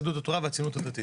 יהדות התורה והציונות הדתית.